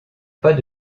pas